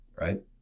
Right